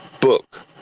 book